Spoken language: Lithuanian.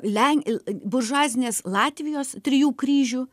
len buržuazinės latvijos trijų kryžių